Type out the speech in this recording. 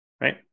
Right